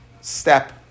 step